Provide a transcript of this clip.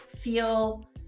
feel